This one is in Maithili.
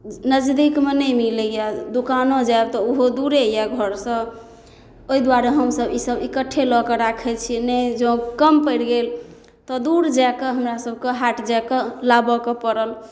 नजदीकमे नहि मिलैया दुकानो जाएब तऽ ओहो दूरे यऽ घरसँ ओहि दुआरे हमसब ईसब इकट्ठे लऽ कऽ राखै छी नहि जॅं कम पड़ि गेल तऽ दूर जा कऽ हमरा सबके हाट जा कऽ लाबऽके पड़ल